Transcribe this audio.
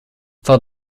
for